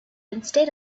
instead